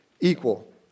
equal